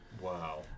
Wow